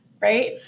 Right